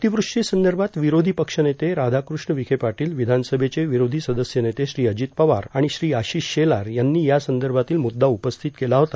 अतिवृष्टीसंदर्भात विरोधी पक्षनेते राधाकृष्ण विखे पाटील विधानसभेचे विरोधी सदस्य नेते श्री अजित पवार आणि श्री आशिष शेलार यांनी या संदर्भातील मुद्दा उपस्थित केला होता